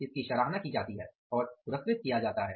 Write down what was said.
इसकी सराहना की जाती है और पुरस्कृत किया जाता है